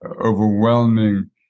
overwhelming